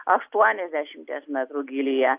aštuoniasdešimties metrų gylyje